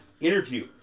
interview